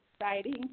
exciting